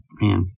Man